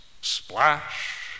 splash